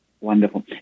Wonderful